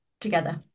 together